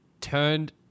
turned